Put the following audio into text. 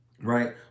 right